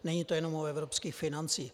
Není to jenom o evropských financích.